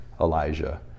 Elijah